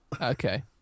Okay